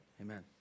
Amen